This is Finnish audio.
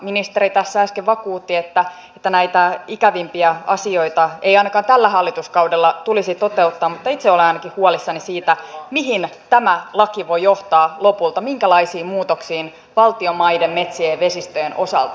ministeri tässä äsken vakuutti että näitä ikävimpiä asioita ei ainakaan tällä hallituskaudella tulisi toteuttaa mutta itse olen ainakin huolissani siitä mihin tämä laki voi johtaa lopulta minkälaisiin muutoksiin valtion maiden metsien ja vesistöjen osalta